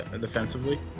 defensively